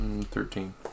Thirteen